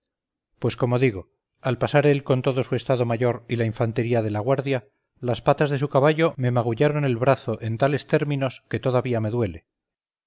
pues como digo al pasar él con todo su estado mayor y la infantería de la guardia las patas de su caballo me magullaron el brazo en tales términos que todavía me duele